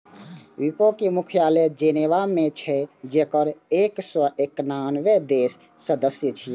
विपो के मुख्यालय जेनेवा मे छै, जेकर एक सय एकानबे देश सदस्य छियै